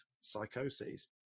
psychoses